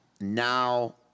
Now